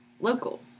local